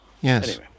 Yes